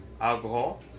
Alcohol